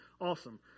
awesome